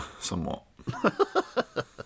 somewhat